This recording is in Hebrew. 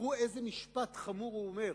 תראו איזה משפט חמור הוא אומר,